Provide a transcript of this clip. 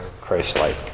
Christ-like